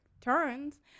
turns